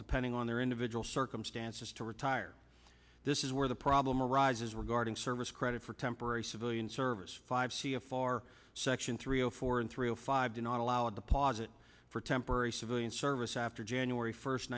depending on their individual circumstances to retire this is where the problem arises regarding service credit for temporary civilian service five c a far section three zero four and three zero five do not allow a deposit for temporary civilian service after january first